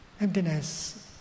Emptiness